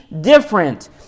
different